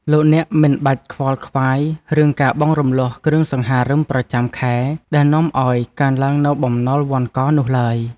លោកអ្នកមិនបាច់ខ្វល់ខ្វាយរឿងការបង់រំលស់គ្រឿងសង្ហារិមប្រចាំខែដែលនាំឱ្យកើនឡើងនូវបំណុលវណ្ឌកនោះឡើយ។